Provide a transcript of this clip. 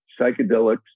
psychedelics